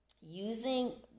using